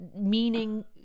meaning